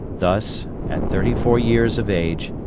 thus, at thirty-four years of age,